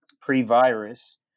pre-virus